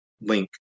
Link